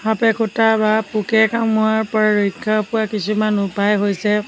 সাপে খুটা বা পোকে কামোৰাৰ পৰা ৰক্ষা পোৱা কিছুমান উপায় হৈছে